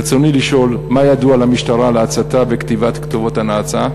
רצוני לשאול: 1. מה ידוע למשטרה על ההצתה וכתיבת כתובות הנאצה?